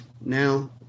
now